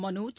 Manoj